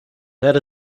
that